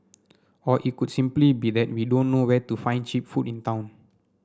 or it could simply be that we don't know where to find cheap food in town